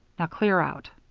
now, clear out.